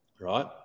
right